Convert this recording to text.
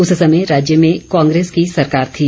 उस समय राज्य में कांग्रेस की सरकार थी